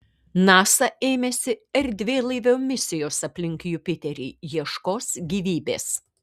nasa ėmėsi erdvėlaivio misijos aplink jupiterį ieškos gyvybės